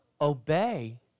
obey